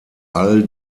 all